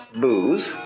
booze